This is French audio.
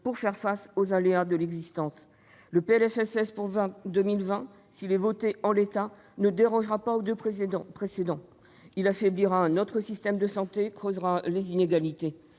pour faire face aux aléas de l'existence. Le projet de loi de finances pour 2020, s'il est voté en l'état, ne dérogera pas aux deux précédents : il affaiblira notre système de santé et creusera les inégalités.